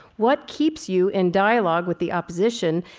what keeps you in dialogue with the opposition,